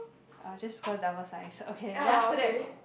ah just because double science okay then after that